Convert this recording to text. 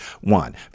One